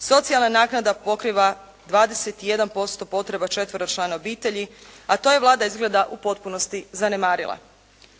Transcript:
Socijalna naknada pokriva 21% potreba četveročlane obitelji, a to je Vlada u potpunosti zanemarila.